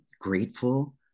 grateful